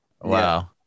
Wow